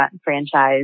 franchise